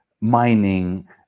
mining